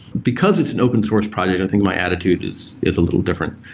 because it's an open source project, i think my attitude is is a little different.